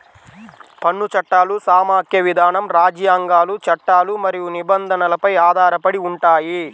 పన్ను చట్టాలు సమాఖ్య విధానం, రాజ్యాంగాలు, చట్టాలు మరియు నిబంధనలపై ఆధారపడి ఉంటాయి